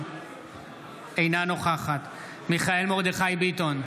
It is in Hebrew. אינה נוכחת מיכאל מרדכי ביטון,